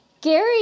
Gary